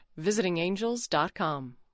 visitingangels.com